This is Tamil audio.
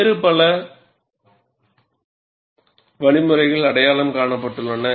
வேறு பல வழிமுறைகள் அடையாளம் காணப்பட்டுள்ளன